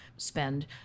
spend